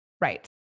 Right